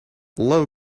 low